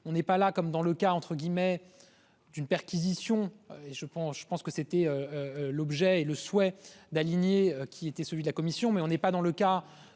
on n'est pas là comme dans le cas entre guillemets. D'une perquisition et je pense, je pense que c'était. L'objet et le souhait d'aligner qui était celui de la commission mais on n'est pas dans le cas